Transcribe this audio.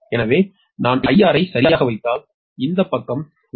எனவே நான் I R ஐ சரியாக வைத்தால் இந்த பக்கம் உண்மையில் உங்கள் j IX